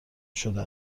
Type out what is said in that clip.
شده